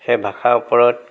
সেই ভাষাৰ ওপৰত